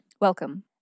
Welcome